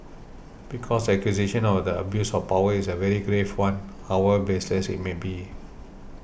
because the accusation of the abuse of power is a very grave one however baseless it may be